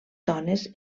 dones